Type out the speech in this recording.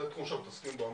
זה תחום שמתעסקים בו המון,